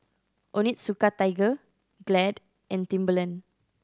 Onitsuka Tiger Glad and Timberland